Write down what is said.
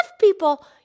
people